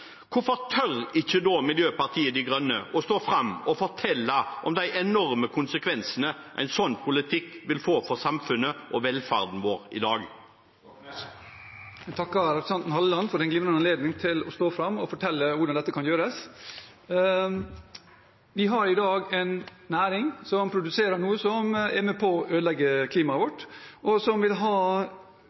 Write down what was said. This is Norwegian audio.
hvorfor tør ikke da Miljøpartiet De Grønne å stå fram og fortelle om de enorme konsekvensene en slik politikk vil få for samfunnet og velferden vår i dag? Jeg takker representanten Halleland for en glimrende anledning til å stå fram og fortelle hvordan dette kan gjøres. Vi har i dag en næring som produserer noe som er med på å ødelegge klimaet vårt, og som vil ha